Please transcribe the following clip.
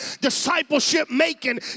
discipleship-making